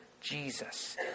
Jesus